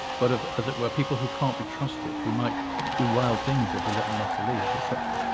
but of, as it were, people who can't be trusted, who might do wild things if we let them off the leash et cetera.